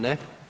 Ne.